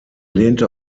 lehnte